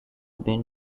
been